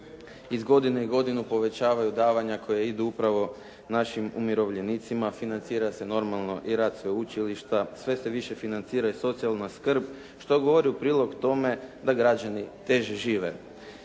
iz godine u godinu povećavaju davanja koja idu upravo našim umirovljenica. Financira se normalno i rad sveučilišta. Sve se više financira i socijalna skrb što govori u prilog tome da građani teže žive.